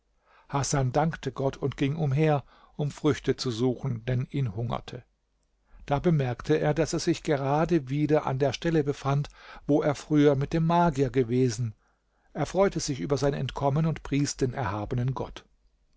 hasan dankte gott und ging umher um früchte zu suchen denn ihn hungerte da bemerkte er daß er sich gerade wieder an der stelle befand wo er früher mit dem magier gewesen er freute sich über sein entkommen und pries den erhabenen gott